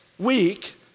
week